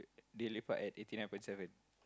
they lepak at eighty nine point seven